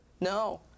no